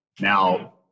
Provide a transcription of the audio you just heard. Now